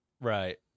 right